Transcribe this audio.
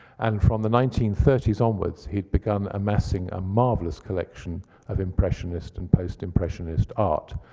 and from the nineteen thirty s onwards he'd begun amassing a marvelous collection of impressionist and post-impressionist art,